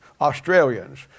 Australians